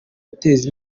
guteza